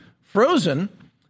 frozen